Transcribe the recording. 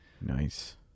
Nice